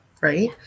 right